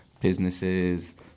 Businesses